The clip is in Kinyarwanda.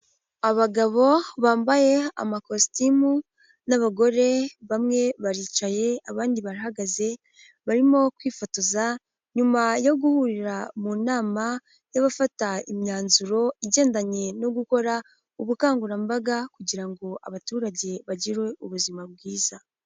Abagabo bambaye amakositimu n'abagore bamwe baricaye abandi barahagaze, barimo kwifotoza nyuma yo guhurira mu nama y'abafata imyanzuro igendanye no gukora ubukangurambaga kugira ngo abaturage bagire ubuzima bwiza.